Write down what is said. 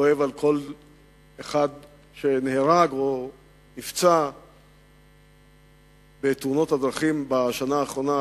כואב על כל אחד שנהרג או נפצע בתאונות הדרכים בשנה האחרונה,